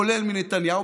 כולל מנתניהו.